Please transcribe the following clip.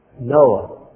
Noah